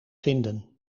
vinden